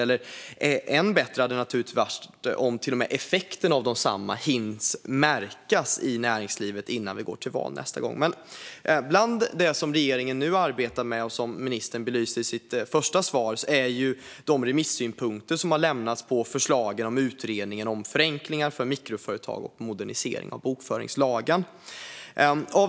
Ännu bättre vore förstås om effekten av förändringarna skulle hinna märkas i näringslivet innan vi går till val nästa gång. Bland det som regeringen arbetar med, och som ministern belyste i sitt första svar, finns de remissynpunkter som har lämnats på förslagen i utredningsbetänkandet Förenklingar för mikroföretag och modernisering av bokföringslagen .